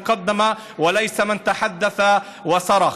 עוד כותרת ועוד כותרת.